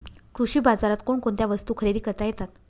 कृषी बाजारात कोणकोणत्या वस्तू खरेदी करता येतात